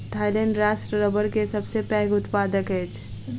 Thailand राष्ट्र रबड़ के सबसे पैघ उत्पादक अछि